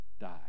die